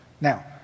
Now